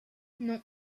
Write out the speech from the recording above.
non